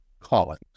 Collins